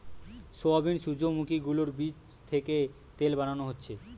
soybean, সূর্যোমুখী গুলোর বীচ থিকে তেল বানানো হচ্ছে